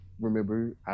remember